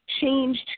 changed